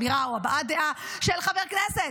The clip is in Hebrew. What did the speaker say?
אמירה או הבעת דעה של חבר כנסת,